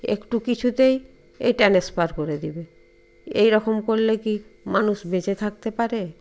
একটু কিছুতেই এই ট্রান্সফার করে দেবে এইরকম করলে কি মানুষ বেঁচে থাকতে পারে